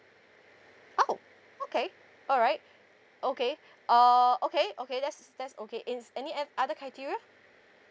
oh okay all right okay uh okay okay that's that's okay ins~ any ot~ other criteria